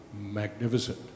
magnificent